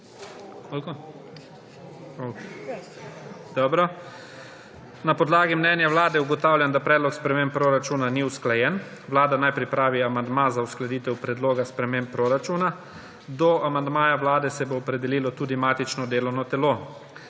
Na podlagi mnenja Vlade ugotavljam, da Predlog sprememb proračuna ni usklajen. Vlada naj pripravi amandma za uskladitev Predloga sprememb proračuna. Do amandmaja Vlade se bo opredelilo tudi matično delovno telo.